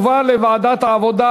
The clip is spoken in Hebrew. לוועדת העבודה,